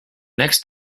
next